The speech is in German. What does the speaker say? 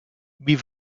wie